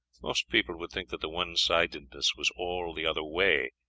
most people would think that the one-sidedness was all the other way,